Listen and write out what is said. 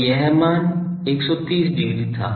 तो यह मान 130 डिग्री था